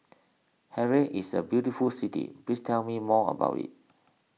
Harare is a very beautiful city please tell me more about it